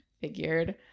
figured